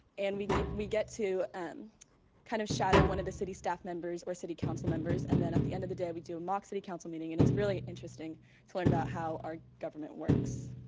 and we get we get to um kind of shadow one of the city staff members or city council members and at the end of the day, we do a mock city council meeting and it's really interesting to learn about how our government works.